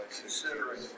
considering